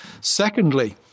Secondly